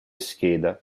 scheda